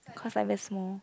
cause like very small